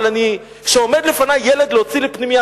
אבל כשעומד לפני ילד שצריך להוציא לפנימייה,